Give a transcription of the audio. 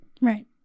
right